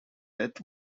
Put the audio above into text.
death